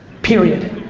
period.